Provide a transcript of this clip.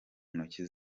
ntoki